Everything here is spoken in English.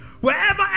wherever